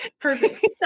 perfect